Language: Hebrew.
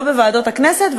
לא בוועדות הכנסת,